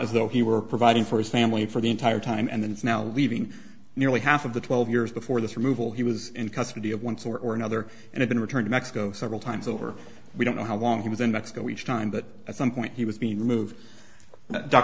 as though he were providing for his family for the entire time and it's now leaving nearly half of the twelve years before this removal he was in custody of one sort or another and in return to mexico several times over we don't know how long he was in mexico each time but at some point he was being removed d